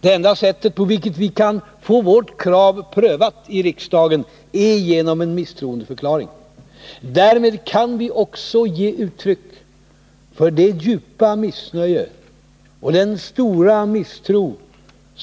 Det enda sätt på vilket vi kan få vårt krav på nyval prövat i riksdagen är genom en misstroendeförklaring. Därmed kan vi också ge uttryck för det djupa missnöje och den stora misstro